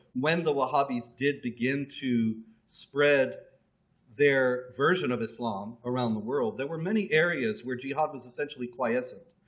when the wahhabis did begin to spread their version of islam around the world, there were many areas where jihad was essentially quiescent.